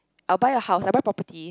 I'll buy a house I'll buy property